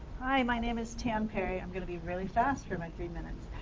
hi, my name is tam perry. i'm gonna be really fast for my three minutes.